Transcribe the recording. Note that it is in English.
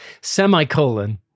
semicolon